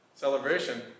celebration